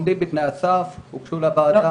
עומדים בתנאי הסף, הוגשו לוועדה.